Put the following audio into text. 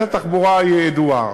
בעיית התחבורה ידועה.